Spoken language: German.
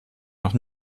noch